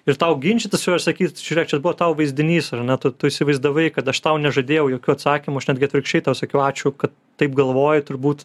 ir tau ginčytis su juo ir sakyt žiūrėk čia buvo tau vaizdinys ar ne tu tu įsivaizdavai kad aš tau nežadėjau jokių atsakymų aš netgi atvirkščiai tau sakiau ačiū kad taip galvoji turbūt